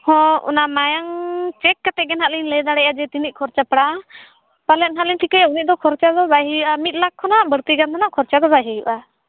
ᱦᱚᱸ ᱚᱱᱟ ᱢᱟᱭᱟᱝ ᱪᱮᱠ ᱠᱟᱛᱮᱫ ᱜᱮᱱᱦᱟᱸᱜ ᱞᱤᱧ ᱞᱟᱹᱭ ᱫᱟᱲᱮᱭᱟᱜᱼᱟ ᱛᱤᱱᱟᱹᱜ ᱠᱷᱚᱨᱪᱟ ᱯᱟᱲᱟᱜᱼᱟ ᱯᱟᱞᱮᱫ ᱦᱟᱸᱜᱞᱮ ᱴᱷᱤᱠᱟᱹᱭᱮᱫ ᱜᱮᱫᱚ ᱠᱷᱚᱨᱪᱟ ᱫᱚ ᱵᱟᱭ ᱦᱩᱭᱩᱜᱼᱟ ᱢᱤᱫ ᱞᱟᱠᱷ ᱠᱷᱚᱱᱟᱜ ᱵᱟᱹᱲᱛᱤ ᱜᱟᱱ ᱫᱚ ᱱᱟᱜ ᱠᱷᱚᱨᱪᱟ ᱫᱚ ᱵᱟᱭ ᱦᱩᱭᱩᱜᱼᱟ